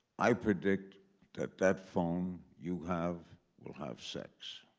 i predict that that phone you have will have sex.